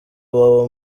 iwawa